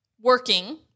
working